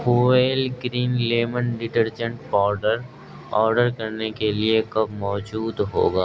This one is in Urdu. wheel green lemon detergent powder order کرنے کے لیے کب موجود ہوگا